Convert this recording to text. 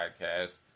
podcast